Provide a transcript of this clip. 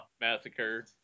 massacre